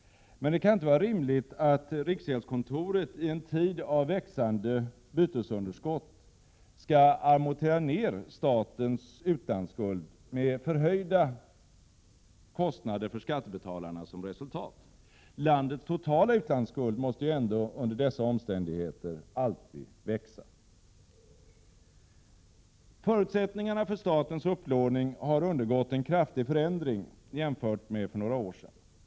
Det kan dock inte vara rimligt att riksgäldskontoret i en tid av växande bytesunderskott skall amortera ned statens utlandsskuld med förhöjda kostnader för skattebetalarna som resultat. Landets totala utlandsskuld måste ju ändå under dessa omständigheter alltid växa. Förutsättningarna för statens upplåning har undergått en kraftig förändring jämfört med för några år sedan.